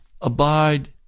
abide